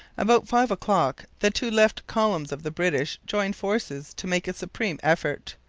about five o'clock the two left columns of the british joined forces to make a supreme effort.